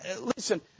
listen